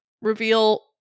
reveal